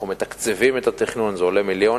אנחנו מתקצבים את התכנון, זה עולה מיליונים,